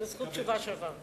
אותה.